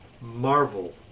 marvel